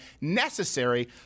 necessary